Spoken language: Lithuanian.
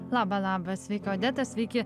laba laba sveika odeta sveiki